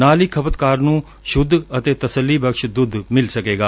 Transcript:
ਨਾਲ ਹੀ ਖਪਤਕਾਰ ਨੂੰ ਸੁੱਧ ਅਤੇ ਤਸੱਲੀਬਖਸ਼ ਦੁੱਧ ਮਿਲ ਸਕੇਗਾ